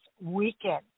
weekend